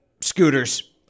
scooters